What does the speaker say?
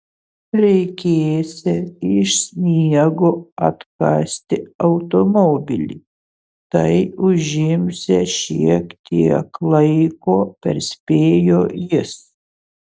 reikėsią iš sniego atkasti automobilį tai užimsią šiek tiek laiko perspėjo jis